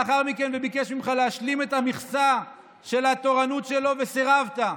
לאחר מכן וביקש ממך להשלים את המכסה של התורנות שלו וסירבת.